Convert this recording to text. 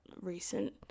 recent